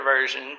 version